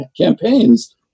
campaigns